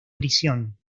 prisión